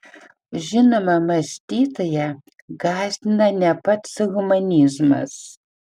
žinoma mąstytoją gąsdina ne pats humanizmas